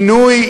עינוי,